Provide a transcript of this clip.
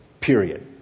Period